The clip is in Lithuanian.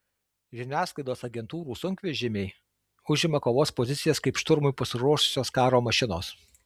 žiniasklaidos agentūrų sunkvežimiai užima kovos pozicijas kaip šturmui pasiruošusios karo mašinos